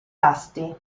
asti